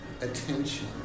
attention